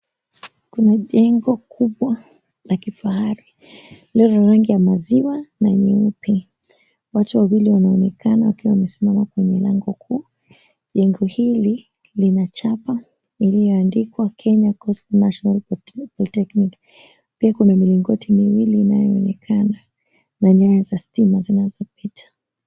Kuna jengo kubwa la kifahari lililo na rangi ya maziwa na nyeupe. Watu wawili wanaonekana wakiwa wamesimama kwenye lango kuu. Jengo hili, lina chapa iliyoandikwa Kenya Coast National Polytechnic. Pia iko na milingoti miwili inayoonekana na nyaya za stima zinazopita.